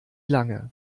lange